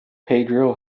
pedro